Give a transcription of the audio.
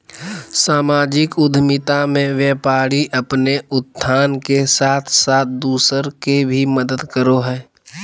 सामाजिक उद्द्मिता मे व्यापारी अपने उत्थान के साथ साथ दूसर के भी मदद करो हय